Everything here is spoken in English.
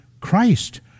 Christ